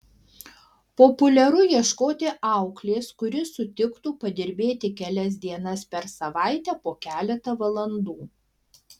populiaru ieškoti auklės kuri sutiktų padirbėti kelias dienas per savaitę po keletą valandų